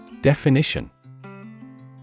Definition